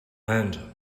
random